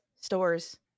stores